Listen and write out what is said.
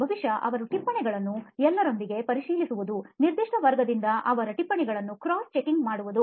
ಬಹುಶಃ ಅವರ ಟಿಪ್ಪಣಿಗಳನ್ನು ಎಲ್ಲರೊಂದಿಗೆ ಪರಿಶೀಲಿಸುವುದು ನಿರ್ದಿಷ್ಟ ವರ್ಗದಿಂದ ಅವರ ಟಿಪ್ಪಣಿಗಳನ್ನು ಕ್ರಾಸ್ ಚೆಕಿಂಗ್ ಮಾಡುವುದು